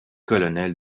colonel